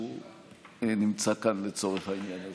והוא נמצא כאן לצורך העניין הזה.